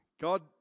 God